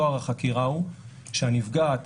טוהר החקירה הוא שהנפגעת,